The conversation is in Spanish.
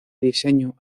diseño